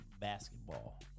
basketball